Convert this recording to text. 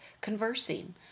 conversing